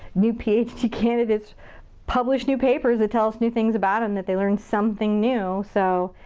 new ph d candidates publish new papers that tell us new things about him, that they learned something new, so.